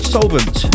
Solvent